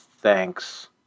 thanks